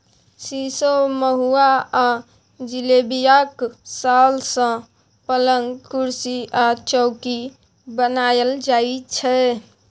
सीशो, महुआ आ जिलेबियाक साल सँ पलंग, कुरसी आ चौकी बनाएल जाइ छै